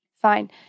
Fine